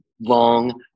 long